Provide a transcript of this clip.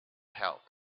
help